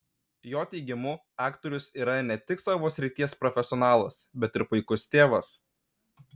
jo teigimu aktorius yra ne tik savo srities profesionalas bet ir puikus tėvas